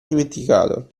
dimenticato